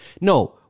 No